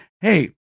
hey